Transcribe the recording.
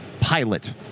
Pilot